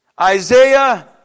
Isaiah